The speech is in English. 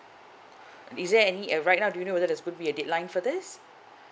is there any uh right now do you know whether there's could be a deadline for this